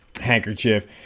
handkerchief